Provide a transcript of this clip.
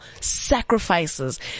sacrifices